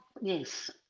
yes